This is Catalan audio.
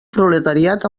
proletariat